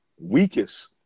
weakest